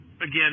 Again